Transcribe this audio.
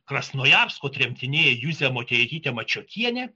krasnojarsko tremtinė juzė motiejaitytė mačiokienė